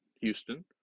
Houston